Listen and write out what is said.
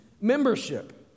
membership